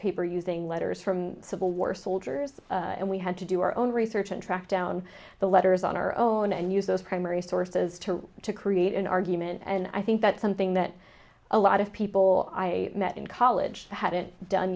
paper using letters from civil war soldiers and we had to do our own research and track down the letters on our own and use those primary sources to to create an argument and i think that's something that a lot of people i met in college hadn't done